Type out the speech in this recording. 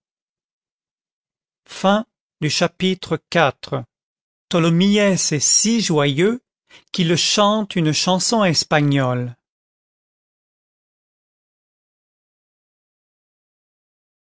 chapitre iv tholomyès est si joyeux qu'il chante une chanson espagnole